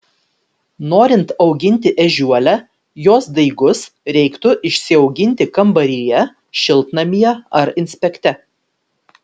norint auginti ežiuolę jos daigus reiktų išsiauginti kambaryje šiltnamyje ar inspekte